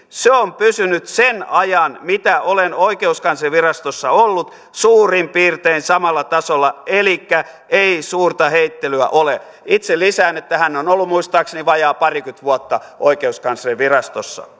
se on pysynyt sen ajan mitä olen oikeuskanslerinvirastossa ollut suurin piirtein samalla tasolla elikkä ei suuria heittelyitä ole itse lisään että hän on ollut muistaakseni vajaa parikymmentä vuotta oikeuskanslerinvirastossa